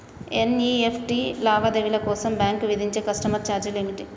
NEFT లావాదేవీల కోసం bank విధించే కస్టమర్ ఛార్జీలు ఏమిటి?